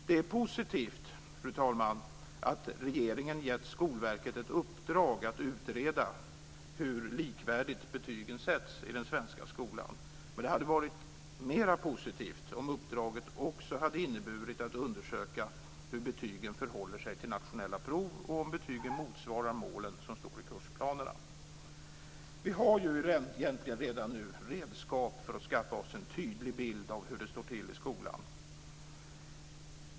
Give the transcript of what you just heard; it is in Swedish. Det är positivt, fru talman, att regeringen gett Skolverket ett uppdrag att utreda hur likvärdigt betygen sätts i den svenska skolan, och det hade varit mera positivt om uppdraget också hade inneburit att undersöka hur betygen förhåller sig till nationella prov och om betygen motsvarar de mål som står i kursplanerna. Vi har egentligen redan nu redskap för att skaffa oss en tydlig bild av hur det står till i skolan.